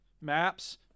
maps